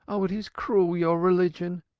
oh, it is cruel, your religion,